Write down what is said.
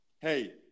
Hey